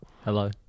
Hello